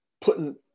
putting